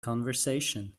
conversation